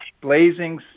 Blazing